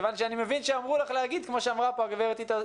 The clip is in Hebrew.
אני מבין שאמרו לך להגיד - כמו אמרה בפעמים הקודמות גברת